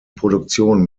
produktion